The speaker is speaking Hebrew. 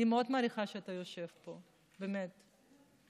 אני מאוד מעריכה שאתה יושב פה, באמת,